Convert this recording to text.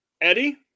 Eddie